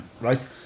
Right